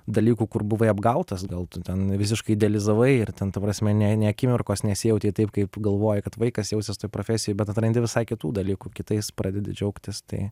dalykų kur buvai apgautas gal tu ten visiškai idealizavai ir ten ta prasme nė nė akimirkos nesijautei taip kaip galvojai kad vaikas jausis toj profesijoj bet atrandi visai kitų dalykų kitais pradedi džiaugtis tai